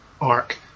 arc